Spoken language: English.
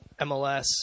MLS